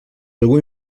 algú